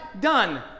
done